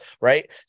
right